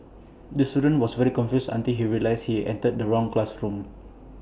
the student was very confused until he realised he entered the wrong classroom